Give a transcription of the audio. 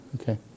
Okay